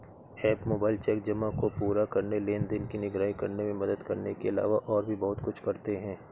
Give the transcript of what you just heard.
app mobile cheque जमा को पूरा करने, लेनदेन की निगरानी करने में मदद करने के अलावा और भी बहुत कुछ करते हैं